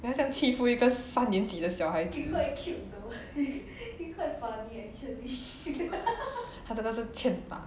你要这样欺负一个三年级的小孩子 ta zhe ge shi qian da